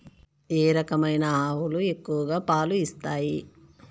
ఏ రకమైన ఆవులు ఎక్కువగా పాలు ఇస్తాయి?